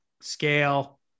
scale